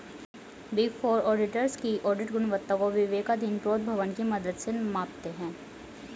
big four auditors की audit गुणवत्ता को विवेकाधीन प्रोद्भवन की मदद से मापते हैं